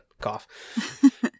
Cough